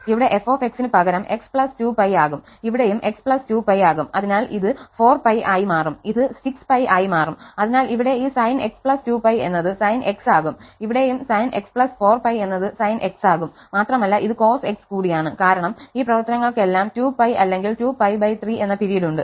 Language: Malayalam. ഇവിടെ f ന് പകരം x 2π ആകും ഇവിടെയും x 2π ആകും അതിനാൽ ഇത് 4π ആയി മാറും ഇത് 6π ആയി മാറും അതിനാൽ ഇവിടെ ഈ sinx 2π എന്നത് sin x ആകും ഇവിടെയും sinx 4π എന്നത് sin x ആകുംമാത്രമല്ല ഇത് cos x കൂടിയാണ് കാരണം ഈ പ്രവർത്തനങ്ങൾക്കെല്ലാം 2π അല്ലെങ്കിൽ 2π3 എന്ന പിരീഡ് ഉണ്ട്